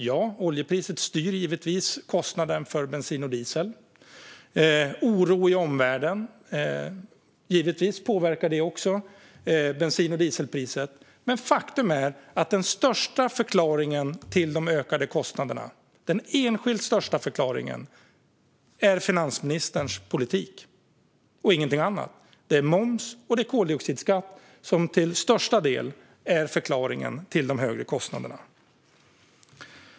Ja, oljepriset styr givetvis kostnaden för bensin och diesel. Oro i omvärlden påverkar givetvis också bensin och dieselpriset. Men faktum är att den enskilt största förklaringen till de ökade kostnaderna är finansministerns politik och ingenting annat. Det är till största delen moms och koldioxidskatt som är förklaringen till de högre kostnaderna.